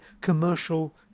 commercial